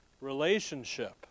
relationship